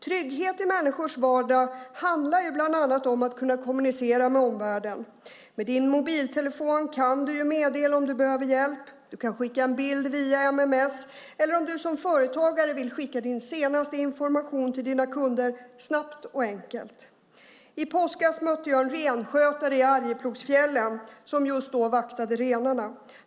Trygghet i människors vardag handlar bland annat om att kunna kommunicera med omvärlden. Med din mobiltelefon kan du meddela om du behöver hjälp, du kan skicka en bild via mms eller om du som företagare vill kan du skicka din senaste information till dina kunder snabbt och enkelt. I påskas mötte jag en renskötare i Arjeplogsfjällen som just då vaktade renarna.